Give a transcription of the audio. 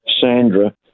Sandra